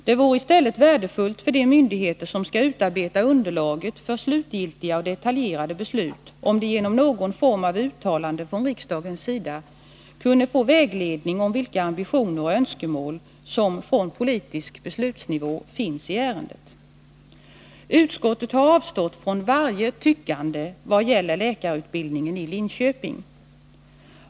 Det vore i stället värdefullt för de myndigheter som skall utarbeta underlaget för slutgiltiga och detaljerade beslut om de genom någon form av uttalande från riksdagens sida kunde få vägledning om vilka ambitioner och önskemål som på politisk beslutsnivå finns i ärendet. Utskottet har avstått från varje tyckande i vad det gäller läkarutbildningen i Linköping.